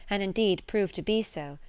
and indeed, proved to be so,